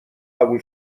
قبول